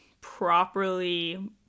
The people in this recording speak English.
properly